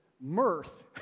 mirth